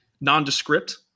nondescript